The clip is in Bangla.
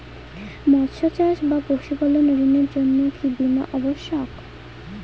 মৎস্য চাষ বা পশুপালন ঋণের জন্য কি বীমা অবশ্যক?